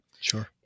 Sure